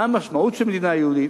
מה המשמעות של מדינה יהודית?